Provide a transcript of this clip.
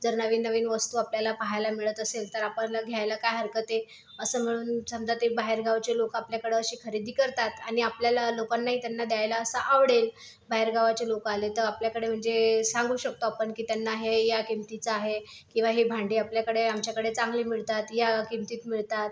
जर नवीननवीन वस्तू आपल्यला पाहायला मिळत असेल तर आपण घ्यायला काय हरकत आहे असं म्हणून समजा ते बाहेरगावचे लोक आपल्याकडं अशी खरेदी करतात आणि आपल्याला लोकांनाही त्यांना द्यायला असं आवडेल बाहेर गावाची लोकं आले तर आपल्याकडे म्हणजे सांगू शकतो आपण की त्यांना हे ह्या किमतीचा आहे किंवा हे भांडे आपल्याकडे आमच्याकडे चांगली मिळतात ह्या किमतीत मिळतात